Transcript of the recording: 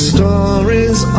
Stories